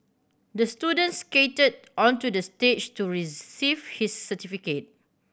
the student skated onto the stage to receive his certificate